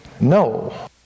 no